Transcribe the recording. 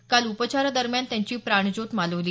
काल उपचारादरम्यान त्यांची प्राणज्योत मालवली